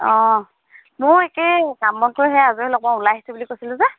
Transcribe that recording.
অঁ মোৰো একেই কাম বন কৰি সেই আজৰি হৈ অকণমান ওলাই আহিছো বুলি কৈছিলোঁ যে